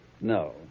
No